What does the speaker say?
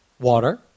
Water